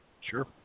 Sure